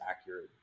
accurate